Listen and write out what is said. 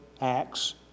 acts